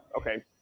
Okay